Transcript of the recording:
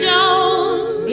Jones